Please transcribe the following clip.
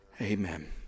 Amen